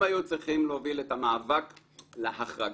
היו צריכים להוביל את המאבק להחרגה.